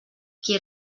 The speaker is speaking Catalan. qui